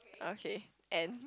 okay and